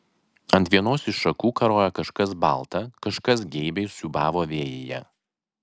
ant vienos iš šakų karojo kažkas balta kažkas geibiai siūbavo vėjyje